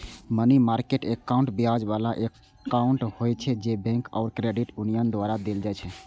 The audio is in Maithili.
मनी मार्केट एकाउंट ब्याज बला एकाउंट होइ छै, जे बैंक आ क्रेडिट यूनियन द्वारा देल जाइ छै